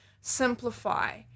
simplify